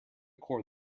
cord